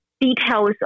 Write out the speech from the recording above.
details